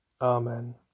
Amen